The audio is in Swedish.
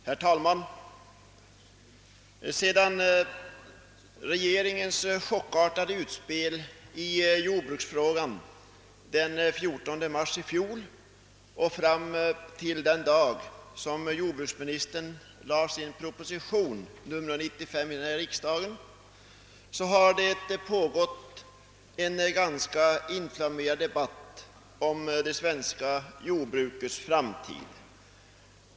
Herr talman! Från regeringens chockartade utspel i jordbruksfrågan den 14 mars i fjol och fram till den dag då jordbruksministern lade fram proposition nr 95 för riksdagen har det pågått en ganska inflammerad debatt om det svenska jordbrukets framtid.